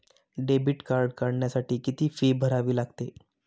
Debit card काढण्यासाठी किती fee भरावी लागते?